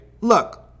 look